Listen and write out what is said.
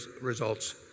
results